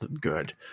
good